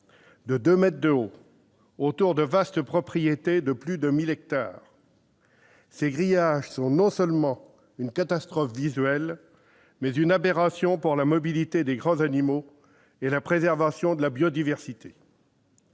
deux mètres de haut autour de vastes propriétés de plus de mille hectares. Ces grillages sont non seulement une catastrophe visuelle, mais encore une aberration pour la mobilité des grands animaux et pour la préservation de la biodiversité.